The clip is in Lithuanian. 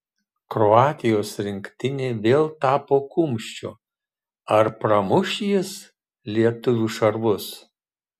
kroatijos rinktinė vėl tapo kumščiu ar pramuš jis lietuvių šarvus